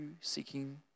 seeking